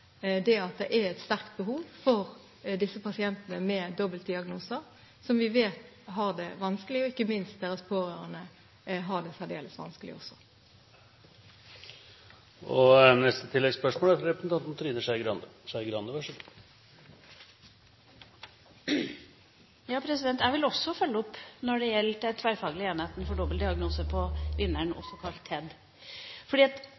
et sterkt behov hos disse pasientene med dobbeltdiagnoser, som vi vet har det vanskelig, og ikke minst deres pårørende, som også har det særdeles vanskelig. Trine Skei Grande – til oppfølgingsspørsmål. Jeg vil også følge opp det som gjelder Tverrfaglig enhet for dobbeltdiagnose på Vinderen, også kalt TEDD. I et svar til Venstres gruppe den 20. desember skriver statsråden at